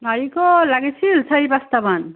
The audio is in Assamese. নাৰিকল লাগিছিল চাৰি পাঁচটামান